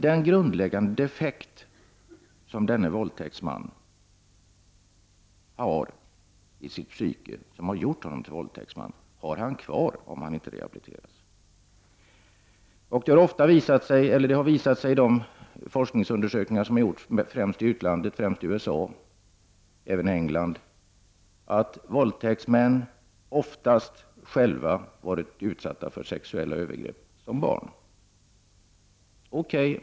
Den grundläggande defekt som denne våldtäktsman har i sitt psyke, och som har gjort honom till våldtäktsman, har han kvar om han inte rehabiliteras. Det har visat sig i de undersökningar som har gjorts i utlandet, främst i USA men även i England, att våldtäktsmän oftast själva varit utsatta för sexuella övergrepp som barn.